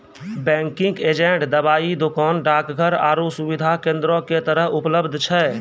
banking agent दबाइ दोकान, डाकघर आरु सुविधा केन्द्रो के तरह उपलब्ध छै